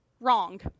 wrong